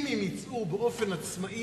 אם הם יצאו באופן עצמאי,